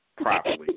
properly